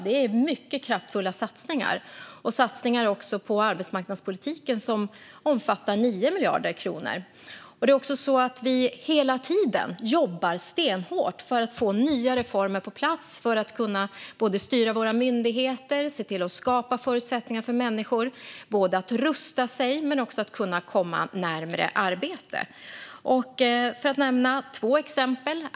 Det är mycket kraftfulla satsningar, också på arbetsmarknadspolitiken på 9 miljarder kronor. Hela tiden jobbar vi stenhårt för att få nya reformer på plats, styra våra myndigheter och skapa förutsättningar för människor att både rusta sig och kunna komma närmare arbete. Låt mig nämna två exempel.